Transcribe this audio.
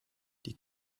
die